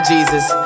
Jesus